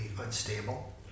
unstable